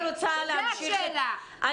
זו השאלה.